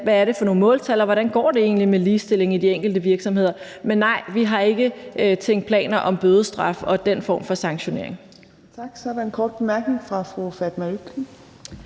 hvad det er for nogle måltal, og hvordan det egentlig går med ligestillingen i de enkelte virksomheder. Men nej, vi har ikke tænkt planer om bødestraf og den form for sanktionering.